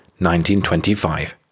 1925